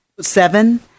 seven